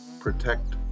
protect